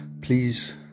please